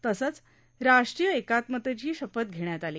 तसंच राष्ट्रीय एकात्मतेची शपथ घेण्यात आली